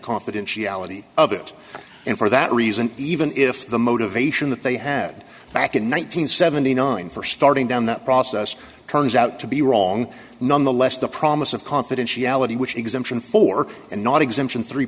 confidentiality of it and for that reason even if the motivation that they had back in one nine hundred seventy nine for starting down that process turns out to be wrong nonetheless the promise of confidentiality which exemption for and not exemption three